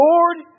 Lord